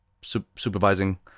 supervising